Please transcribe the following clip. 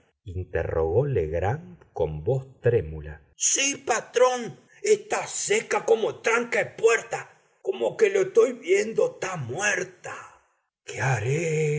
interrogó legrand con voz trémula sí patrón etá seca como tranca e puerta como que lo etoy viendo tá muerta